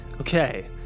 Okay